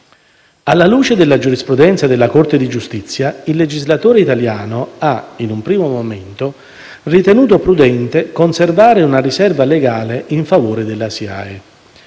Alla luce della giurisprudenza della Corte di giustizia, il legislatore italiano ha, in un primo momento, ritenuto prudente conservare una riserva legale in favore della SIAE